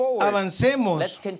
avancemos